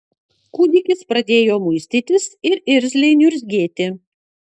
kūdikis pradėjo muistytis ir irzliai niurzgėti